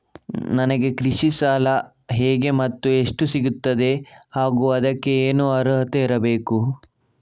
ನನಗೆ ಕೃಷಿ ಸಾಲ ಹೇಗೆ ಮತ್ತು ಎಷ್ಟು ಸಿಗುತ್ತದೆ ಹಾಗೂ ಅದಕ್ಕೆ ಏನು ಅರ್ಹತೆ ಇರಬೇಕು?